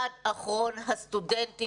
עד אחרון הסטודנטים,